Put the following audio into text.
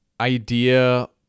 idea